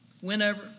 whenever